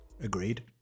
agreed